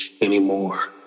anymore